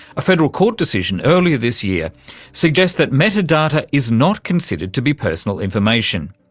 a federal court decision earlier this year suggests that metadata is not considered to be personal information,